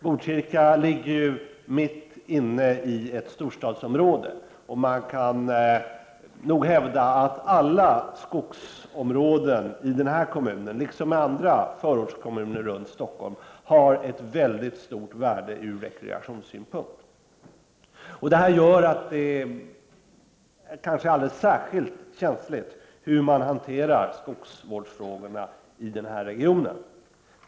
Botkyrka ligger mitt inne i ett storstadsområde, och man kan nog hävda att alla skogsområden i den här kommunen, liksom i andra förortskommuner runt om Stockholm, har ett stort värde ur rekreationssynpunkt. Det är alldeles särskilt känsligt hur skogsvårdsfrågorna hanteras i den här regionen.